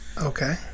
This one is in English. Okay